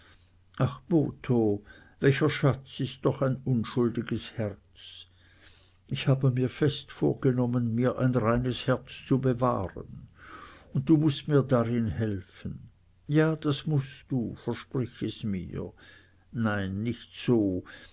ach botho welcher schatz ist doch ein unschuldiges herz ich habe mir fest vorgenommen mir ein reines herz zu bewahren und du mußt mir darin helfen ja das mußt du versprich es mir nein nicht so